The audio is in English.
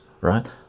right